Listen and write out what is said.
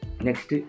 Next